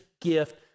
gift